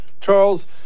Charles